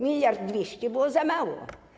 Miliard dwieście było za mało.